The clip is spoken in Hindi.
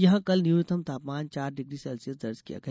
यहां कल न्यूनतम तापमान चार डिग्री सेल्सियस दर्ज किया गया